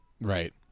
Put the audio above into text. right